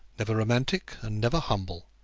never romantic, and never humble.